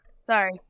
Sorry